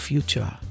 Future